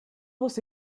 você